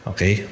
Okay